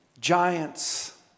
Giants